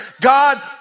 God